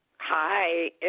Hi